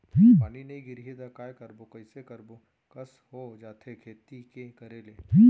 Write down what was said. पानी नई गिरही त काय करबो, कइसे करबो कस हो जाथे खेती के करे ले